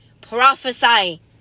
Prophesy